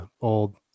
old